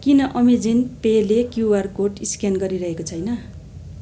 किन अमेजेन पेले QR code scan गरिरहेको छैन